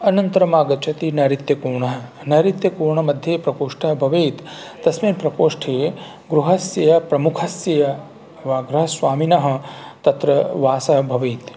अनन्तरम् आगच्छति नैर्ऋत्यकोणः नैर्ऋत्यकोणमध्ये प्रकोष्ठः भवेत् तस्मिन् प्रकोष्ठे गृहस्य प्रमुखस्य वा गृहस्वामिनः तत्र वासः भवेत्